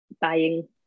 Buying